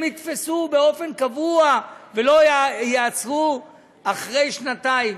הם יתפסו באופן קבוע ולא ייעצרו אחרי שנתיים.